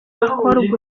akorwe